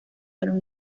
fueron